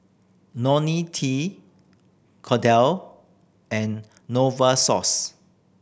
T Kordel and Novosource